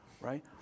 right